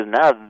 now